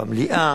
במליאה.